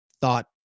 thought